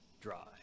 dry